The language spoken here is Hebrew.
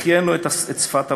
החיינו את שפת אבותינו,